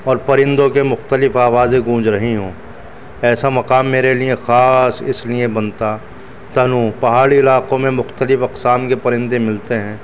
اور پرندوں کے مختلف آوازیں گونج رہی ہوں ایسا مقام میرے لیے خاص اس لیے بنتا تنوع پہاڑی علاقوں میں مختلف اقسام کے پرندے ملتے ہیں